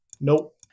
Nope